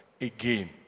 again